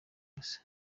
gusa